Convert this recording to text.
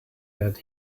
that